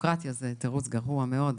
בירוקרטיה זה תירוץ גרוע מאוד,